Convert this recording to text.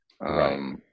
Right